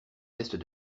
test